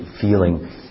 feeling